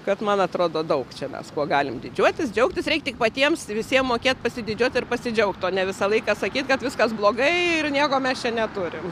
kad man atrodo daug čia mes kuo galim didžiuotis džiaugtis reik tik patiems visiem mokėt pasididžiuoti ir pasidžiaugt o ne visą laiką sakyt kad viskas blogai ir nieko mes čia neturim